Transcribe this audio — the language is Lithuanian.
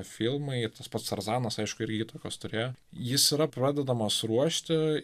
filmai tas pats tarzanas aišku ir įtakos turėjo jis yra pradedamas ruošti